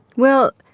well,